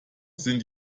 sind